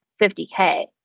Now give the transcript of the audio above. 50K